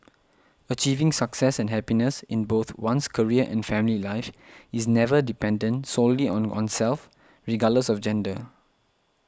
achieving success and happiness in both one's career and family life is never dependent solely on oneself regardless of gender